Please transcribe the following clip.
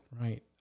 right